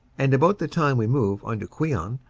and about the time we move on to queant,